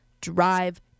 drive